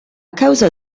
causa